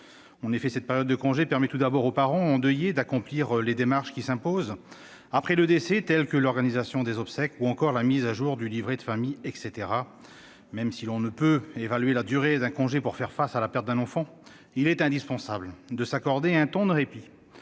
En effet, cette période de congé permet tout d'abord aux parents endeuillés d'accomplir les démarches qui s'imposent après le décès, telles que l'organisation des obsèques ou encore la mise à jour du livret de famille. Même si l'on ne peut évaluer la durée du congé qui serait nécessaire pour faire face à la perte d'un enfant, il est indispensable que les parents s'accordent un temps de répit